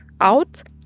out